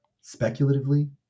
Speculatively